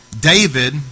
David